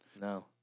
no